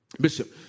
Bishop